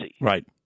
Right